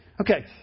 Okay